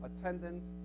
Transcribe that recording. attendance